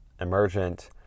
emergent